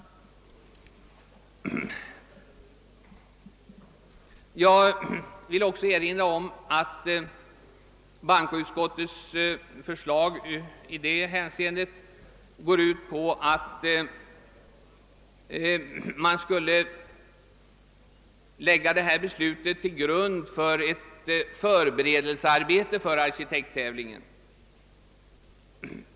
Jag vill också erinra om att bankoutskottets förslag i det hänseendet går ut på att man skulle lägga detta beslut till grund för ett förberedelsearbete för arkitekttävlingen.